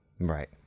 Right